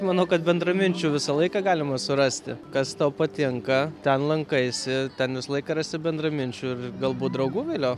manau kad bendraminčių visą laiką galima surasti kas tau patinka ten lankaisi ten visą laiką rasi bendraminčių ir galbūt draugų vėliau